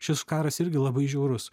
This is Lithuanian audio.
šis karas irgi labai žiaurus